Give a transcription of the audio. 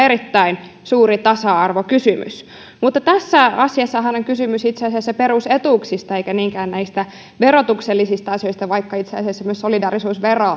erittäin suuri tasa arvokysymys mutta tässä asiassahan on kysymys itse asiassa perusetuuksista eikä niinkään näistä verotuksellisista asioista vaikka itse asiassa myös solidaarisuusvero